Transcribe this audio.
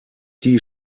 die